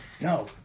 no